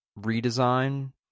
redesign